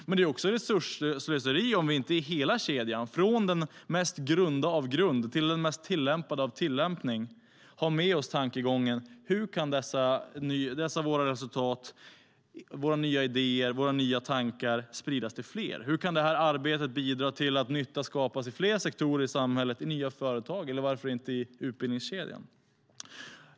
Men det är också resursslöseri om vi inte i hela kedjan, från den mest grunda av grund till den mest tillämpade av tillämpning, har med oss följande tankegång: Hur kan våra nya resultat, nya idéer och nya tankar spridas till fler? Hur kan detta arbete bidra till att nytta skapas i fler sektorer i samhället, i nya företag eller varför inte i utbildningskedjan?